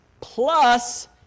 plus